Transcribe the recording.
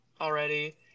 already